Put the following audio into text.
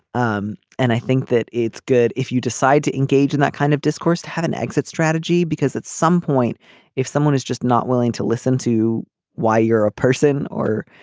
um and i think that it's good if you decide to engage in that kind of discourse to have an exit strategy because at some point if someone is just not willing to listen to why you're a person or